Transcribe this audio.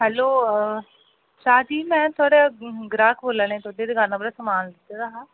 hello Shah ji मै थुआढ़ा ग्राहक बोला नी तुं'दी दकाना परा सामान लैते दा हा